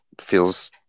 feels